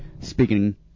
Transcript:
speaking